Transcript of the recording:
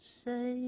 say